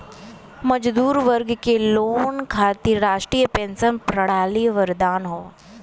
मजदूर वर्ग के लोग खातिर राष्ट्रीय पेंशन प्रणाली वरदान हौ